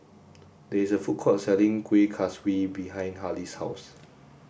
there is a food court selling Kuih Kaswi behind Harlie's house